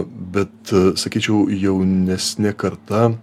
bet sakyčiau jaunesnė karta